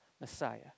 Messiah